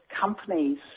companies